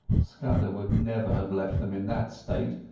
scudder would never have left them in that state,